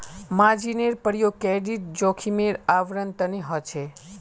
मार्जिनेर प्रयोग क्रेडिट जोखिमेर आवरण तने ह छे